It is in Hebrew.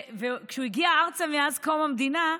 וכשהוא הגיע ארצה עם קום המדינה,